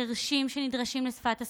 חירשים נדרשים לשפת סימנים,